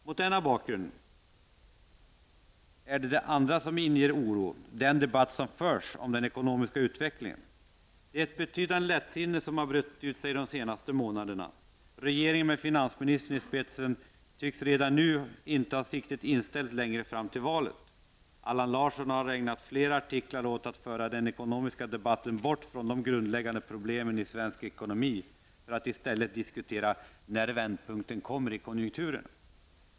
Mot denna bakgrund inger den debatt som förs om den ekonomiska utvecklingen oro. Det är ett betydande lättsinne som har brett ut sig de senaste månaderna. Regeringen, med finansministern i spetsen, tycks inte ha siktet inställt längre fram än till valet. Allan Larsson har ägnat flera artiklar åt att föra den ekonomiska debatten bort från de grundläggande problemen i svensk ekonomi för att i stället diskutera när vändpunkten i konjunkturen kommer.